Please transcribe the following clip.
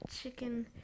Chicken